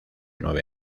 nueve